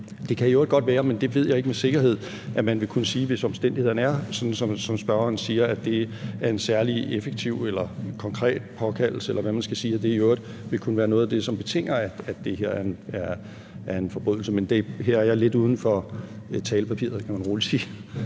Det kan i øvrigt godt være, men det ved jeg ikke med sikkerhed, at man ville kunne sige, at hvis omstændighederne er sådan, som spørgeren siger, altså at det er en særlig effektiv eller konkret påkaldelse, eller hvad man skal sige, at det så i øvrigt ville kunne være noget af det, som betinger, at det her er en forbrydelse. Men her er jeg lidt udenfor talepapiret, kan man roligt sige.